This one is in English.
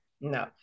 No